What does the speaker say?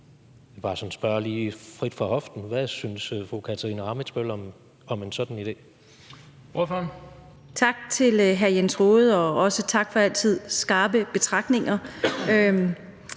jeg vil bare lige spørge sådan frit fra hoften: Hvad synes fru Katarina Ammitzbøll om en sådan idé?